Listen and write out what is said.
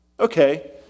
Okay